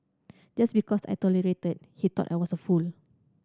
just because I tolerated he thought I was a fool